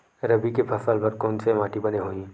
रबी के फसल बर कोन से माटी बने होही?